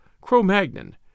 Cro-Magnon